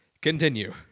Continue